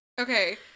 Okay